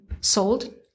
sold